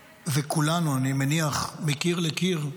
וכולנו, אני מניח, מקיר לקיר,